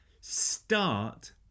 start